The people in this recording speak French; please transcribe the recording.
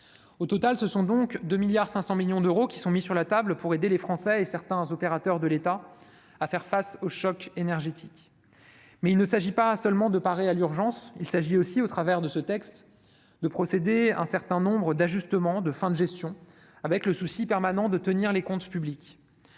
Au total, ce sont donc 2,5 milliards d'euros qui sont mis sur la table pour aider les Français et certains opérateurs de l'État à faire face au choc énergétique. Mais il ne s'agit pas seulement de parer à l'urgence. Ce texte procède aussi à un certain nombre d'ajustements de fin de gestion, avec le souci permanent de tenir les comptes publics.